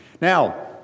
Now